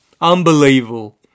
Unbelievable